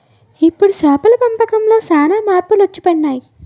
ఇప్పుడు చేపల పెంపకంలో సాన మార్పులు వచ్చిపడినాయి